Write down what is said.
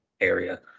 area